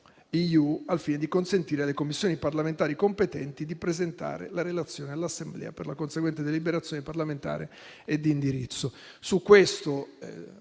al fine di consentire alle Commissioni parlamentari competenti di presentare la relazione all'Assemblea per la conseguente deliberazione parlamentare di indirizzo;